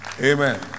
Amen